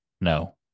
no